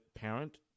parent